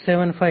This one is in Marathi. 675 6